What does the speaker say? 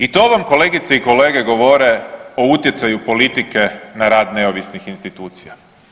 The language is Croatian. I to vam kolegice i kolege govore o utjecaju politike na rad neovisnih institucija.